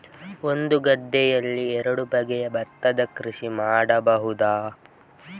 ಒಂದು ಗದ್ದೆಯಲ್ಲಿ ಎರಡು ಬಗೆಯ ಭತ್ತದ ಕೃಷಿ ಮಾಡಬಹುದಾ?